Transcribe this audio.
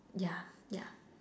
yeah yeah